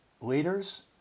leaders